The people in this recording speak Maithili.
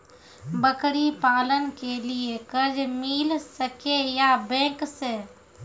बकरी पालन के लिए कर्ज मिल सके या बैंक से?